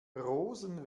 rosen